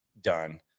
done